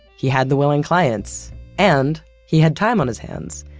he had the willing clients and he had time on his hands.